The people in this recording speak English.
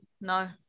no